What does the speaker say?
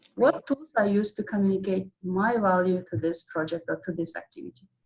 what tools are used to communicate my value to this project or to this activity?